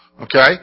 Okay